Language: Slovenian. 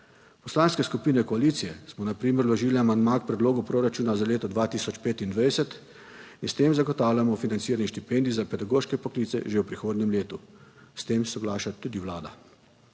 Poslanske skupine koalicije smo na primer vložile amandma k predlogu proračuna za leto 2025 in s tem zagotavljamo financiranje štipendij za pedagoške poklice že v prihodnjem letu; s tem soglaša tudi Vlada.